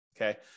Okay